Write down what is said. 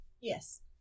Yes